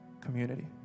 community